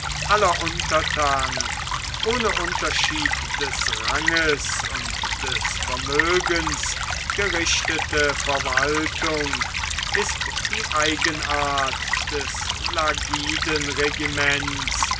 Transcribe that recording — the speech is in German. aller untertanen ohne unterschied des ranges und des vermögens gerichtete verwaltung ist die eigenart des